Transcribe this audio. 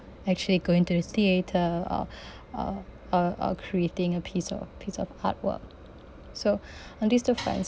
actually going to the theater or or or or creating a piece of piece of art work so on these two point